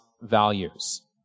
values